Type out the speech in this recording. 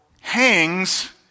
hangs